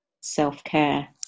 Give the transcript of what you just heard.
self-care